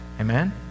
Amen